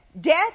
Death